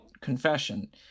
Confession